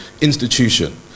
institution